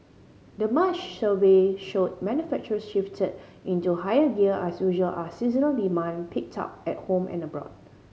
the March survey showed manufacturers shifted into higher gear as usual as seasonal demand picked up at home and abroad